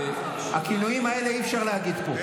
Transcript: את הכינויים האלה אי-אפשר להגיד פה.